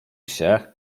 się